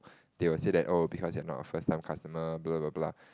they will say that oh because you're not a first time customer blah blah blah blah